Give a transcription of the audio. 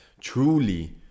Truly